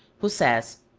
who says,